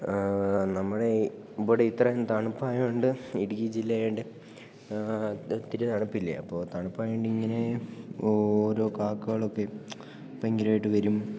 നമ്മുടെ ഇവിടെ ഇത്രയും തണുപ്പായതുകൊണ്ട് ഇടുക്കി ജില്ലയായതുകൊണ്ട് ഒത്തിരി തണുപ്പില്ലേ അപ്പോള് തണുപ്പായതുകൊണ്ടിങ്ങനെ ഓരോ കാക്കകളൊക്കെ ഭയങ്കരമായിട്ടു വരും